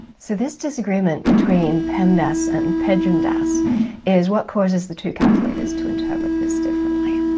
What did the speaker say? so this disagreement between pemdas and pejmdas is what causes the two calculators to interpret this differently.